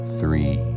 three